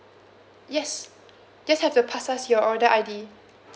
yes just have to pass us your order I_D